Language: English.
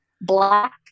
black